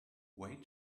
wait